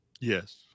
Yes